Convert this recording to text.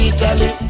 Italy